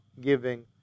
giving